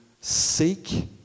seek